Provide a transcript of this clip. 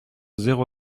zéro